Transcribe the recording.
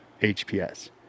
HPS